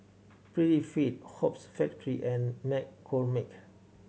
Prettyfit Hoops Factory and McCormick